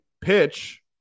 pitch